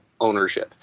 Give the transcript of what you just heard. ownership